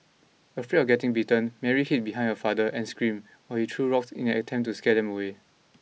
afraid of getting bitten Mary hid behind her father and screamed while he threw rocks in an attempt to scare them away